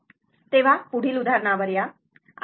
तेव्हा पुढील उदाहरणावर या